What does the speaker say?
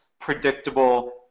predictable